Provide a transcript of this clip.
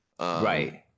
Right